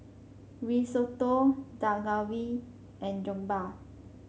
Risotto Dak Galbi and Jokbal